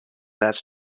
net